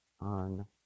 on